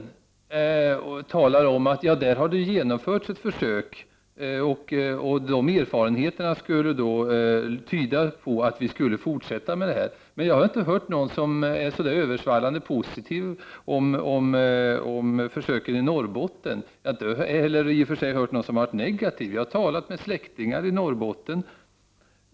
Han talade om att det där har genomförts ett försök och att erfarenheterna skulle tyda på att vi skulle fortsätta med det här. Jag har inte hört någon som är översvallande positiv till försöket i Norrbotten, och inte negativ heller. Jag har talat med släktingar i Norrbotten.